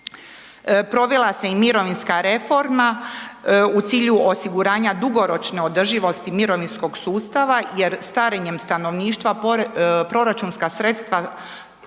Provela se i mirovinska reforma u cilju osiguranja dugoročne održivosti mirovinskog sustava jer starenjem stanovništva proračunska sredstva